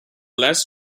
less